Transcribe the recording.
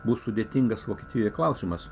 buvo sudėtingas vokietijoj klausimas